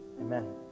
Amen